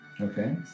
Okay